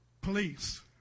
Police